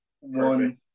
one